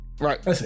Right